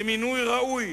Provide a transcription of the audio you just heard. למינוי ראוי